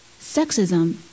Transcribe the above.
Sexism